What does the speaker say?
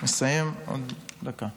אני מסיים עוד דקה.